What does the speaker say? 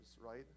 right